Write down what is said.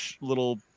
little